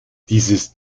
dieses